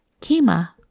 Kima